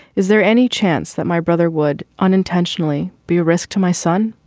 is there any chance that my brother would unintentionally be a risk to my son?